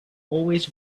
always